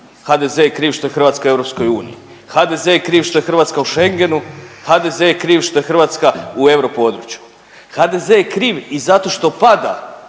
HDZ je kriv što je Hrvatska u EU, HDZ je kriv što je Hrvatska u Schengenu, HDZ je kriv što je Hrvatska u europodručju, HDZ je kriv i zato što pada